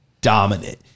dominant